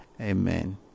Amen